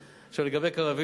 לא.